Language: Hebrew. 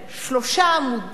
שלושה עמודים.